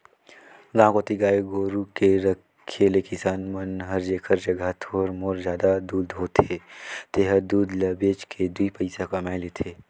गांव कोती गाय गोरु के रखे ले किसान मन हर जेखर जघा थोर मोर जादा दूद होथे तेहर दूद ल बेच के दुइ पइसा कमाए लेथे